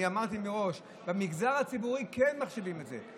אני אמרתי מראש: במגזר הציבורי כן מחשיבים את זה.